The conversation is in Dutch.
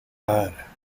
haar